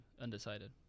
undecided